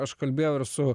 aš kalbėjau ir su